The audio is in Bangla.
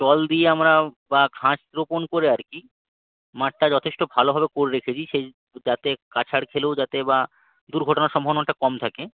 জল দিয়ে আমরা বা ঘাস রোপণ করে আর কি মাঠটা যথেষ্ঠ ভালোভাবে কোর রেখেছি সেই তো যাতে আছাড় খেলেও যাতে বা দুর্ঘটনার সম্ভাবনা অনেকটা কম থাকে